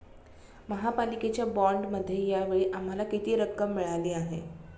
महापालिकेच्या बाँडमध्ये या वेळी आम्हाला किती रक्कम मिळाली आहे?